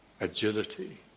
agility